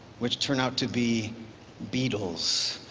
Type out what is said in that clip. which turn out to be beetles.